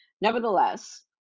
Nevertheless